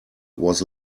was